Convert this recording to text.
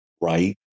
right